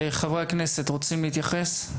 חברי הכנסת, רוצים להתייחס?